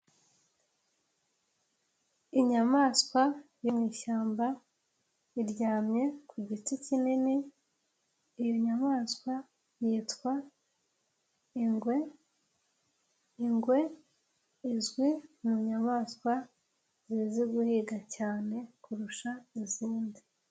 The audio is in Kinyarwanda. Inyamaswa yo mu ishyamba, iryamye ku giti kinini, iyo nyamaswa yitwa ingwe, ingwe izwi mu nyamaswa zizi guhiga cyane kurusha izindi.